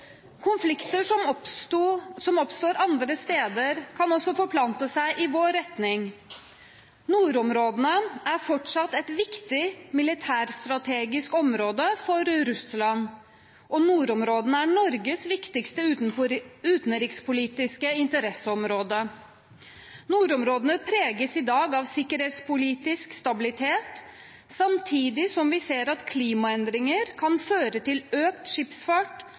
Konflikter som oppstår andre steder, kan også forplante seg i vår retning. Nordområdene er fortsatt et viktig militærstrategisk område for Russland, og nordområdene er Norges viktigste utenrikspolitiske interesseområde. Nordområdene preges i dag av sikkerhetspolitisk stabilitet, samtidig som vi ser at klimaendringer kan føre til økt skipsfart,